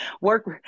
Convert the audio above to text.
work